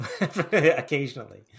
occasionally